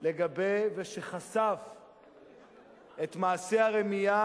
שחשף את מעשה הרמייה